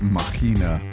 Machina